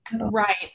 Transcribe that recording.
Right